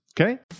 Okay